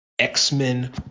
X-Men